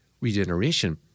regeneration